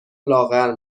لاغر